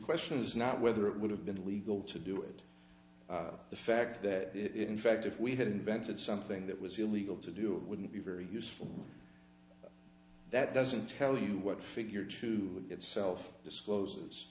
question is not whether it would have been illegal to do it the fact that it in fact if we had invented something that was illegal to do it wouldn't be very useful that doesn't tell you what figure to itself disclose